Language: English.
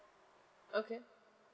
okay